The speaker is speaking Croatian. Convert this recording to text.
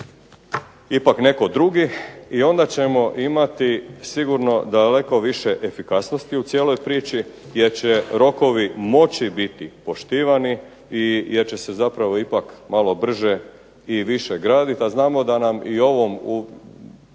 ipak netko drugi i onda ćemo imati sigurno daleko više efikasnosti u cijeloj priči gdje će rokovi moći biti poštivani jer će se zapravo ipak malo brže i više gradit, a znamo da nam i o ovom ovisi